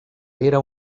era